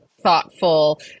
thoughtful